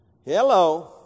Hello